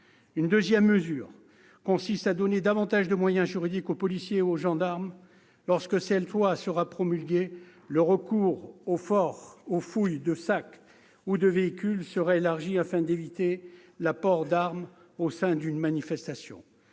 Une deuxième mesure consiste à donner davantage de moyens juridiques aux policiers et aux gendarmes. Lorsque cette loi aura été promulguée, le recours aux fouilles de sacs ou de véhicules se trouvera élargi afin d'éviter l'introduction d'armes au sein d'une manifestation.